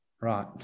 right